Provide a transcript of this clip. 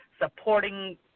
supporting